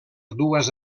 dues